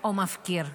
או מפקיר?